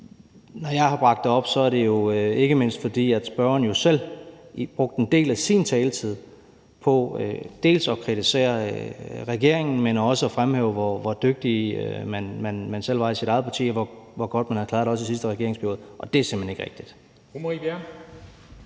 Når jeg har bragt det op, er det jo ikke mindst, fordi spørgeren selv brugte en del af sin taletid på dels at kritisere regeringen, dels at fremhæve, hvor dygtig man selv var i sit eget parti, og hvor godt man havde klaret det også i sidste regeringsperiode – og det sidste er simpelt hen ikke rigtigt. Kl. 22:25